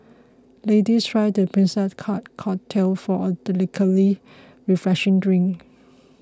ladies try the Princess Cut cocktail for a delicately refreshing drink